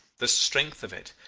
the strength of it,